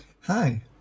Hi